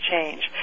change